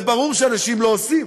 את זה ברור שאנשים לא עושים,